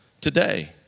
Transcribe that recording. today